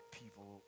people